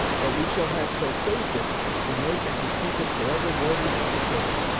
but we shall have so saved it as to make and to keep it forever worthy of the saving.